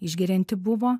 išgerianti buvo